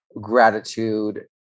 gratitude